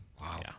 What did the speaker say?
wow